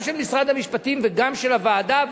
גם של משרד המשפטים וגם של הוועדה,